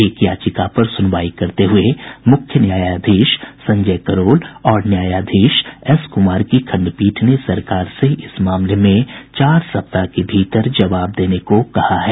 एक याचिका पर सुनवाई करते हये मूख्य न्यायाधीश संजय करोल और न्यायाधीश एस कुमार की खंडपीड ने सरकार से इस मामले में चार सप्ताह के भीतर जवाब देने को कहा है